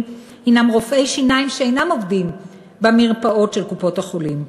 הנם רופאי שיניים שאינם עובדים במרפאות של קופות-החולים.